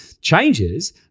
changes